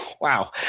wow